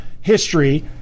history